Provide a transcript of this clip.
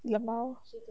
lmao